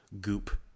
goop